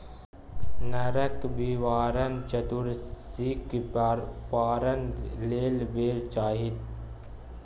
नरक निवारण चतुदर्शीक पारण लेल बेर चाही